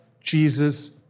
Jesus